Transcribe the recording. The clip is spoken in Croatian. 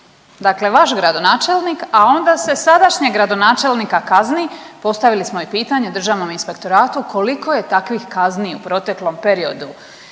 Dakle, vaš gradonačelnik, a onda se sadašnjeg gradonačelnika kazni, postavili smo i pitanje Državnom inspektoratu koliko je takvih kazni u proteklom periodu